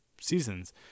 seasons